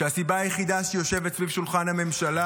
שהסיבה היחידה שהיא יושבת ליד שולחן הממשלה